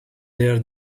their